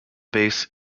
base